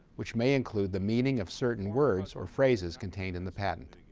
which may include the meaning of certain words or phrases contained in the patent.